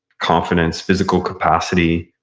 confidence, physical capacity,